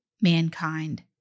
mankind